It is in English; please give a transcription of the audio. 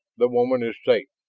the woman is safe.